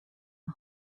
and